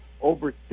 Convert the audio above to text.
over